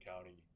County